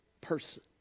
person